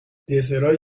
دسرایی